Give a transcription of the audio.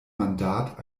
mandat